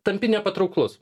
tampi nepatrauklus